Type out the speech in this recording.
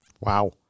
Wow